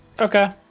Okay